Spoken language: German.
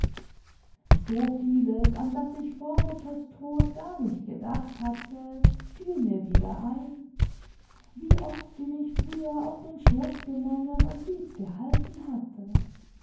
so vieles an das ich vor mutters tod gar nicht gedacht hatte fiel mir wieder ein wie oft sie mich früher auf den schoß genommen und lieb gehalten hatte